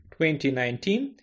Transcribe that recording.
2019